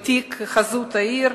העיר,